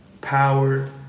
power